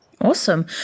Awesome